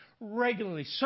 regularly